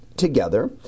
together